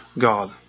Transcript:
God